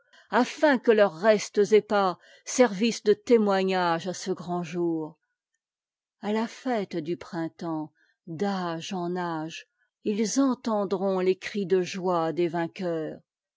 acn que leurs restes épars servissent dé témoignage à ce grànd'jour a à la fête du printemps d'âge en âge ils entendront les cris de joie des vainqueurs